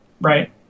Right